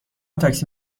تاکسی